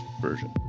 version